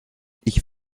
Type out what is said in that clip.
ich